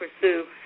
pursue